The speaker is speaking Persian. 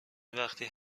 وقتی